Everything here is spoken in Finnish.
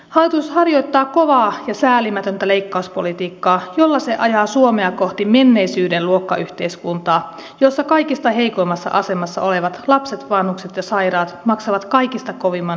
hallitus harjoittaa kovaa ja säälimätöntä leikkauspolitiikkaa jolla se ajaa suomea kohti menneisyyden luokkayhteiskuntaa jossa kaikista heikoimmassa asemassa olevat lapset vanhukset ja sairaat maksavat kaikista kovimman hinnan